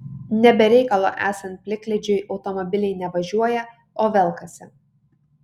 ne be reikalo esant plikledžiui automobiliai ne važiuoja o velkasi